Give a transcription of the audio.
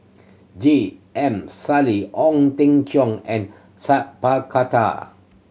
G M Sali Ong Teng Cheong and Sa Khattar